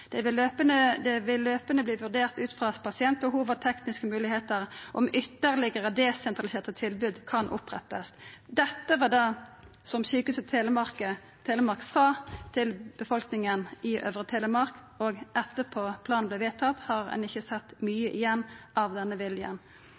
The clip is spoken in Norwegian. Det vil løpende vurderes ut fra pasientbehov og tekniske muligheter om ytterligere desentraliserte tilbud kan opprettes.» Det var dette Sykehuset Telemark sa til befolkninga i Øvre Telemark, og etter at planen vart vedtatt, har ein ikkje sett mykje igjen av denne viljen.